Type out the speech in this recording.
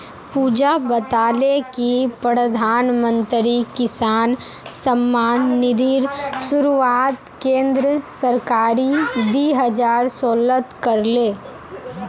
पुजा बताले कि प्रधानमंत्री किसान सम्मान निधिर शुरुआत केंद्र सरकार दी हजार सोलत कर ले